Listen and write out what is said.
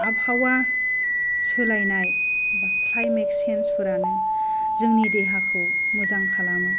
आबहावा सोलायनाय बा ख्लायमेट सेन्सफोरानो जोंनि देहाखौ मोजां खालामो